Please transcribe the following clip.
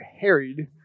harried